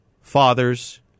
fathers